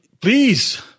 please